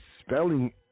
spelling